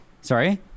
Sorry